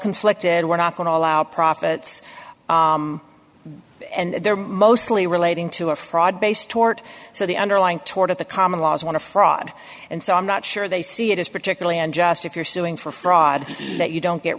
conflicted we're not going to allow profits and they're mostly relating to a fraud based tort so the underlying tort at the common laws want to fraud and so i'm not sure they see it as particularly unjust if you're suing for fraud that you don't get